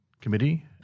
committee